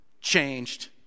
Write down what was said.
changed